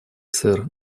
сэр